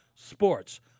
Sports